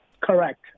Correct